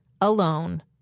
alone